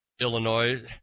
illinois